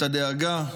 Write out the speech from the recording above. את הדאגה,